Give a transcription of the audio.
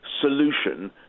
solution